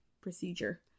procedure